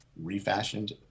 refashioned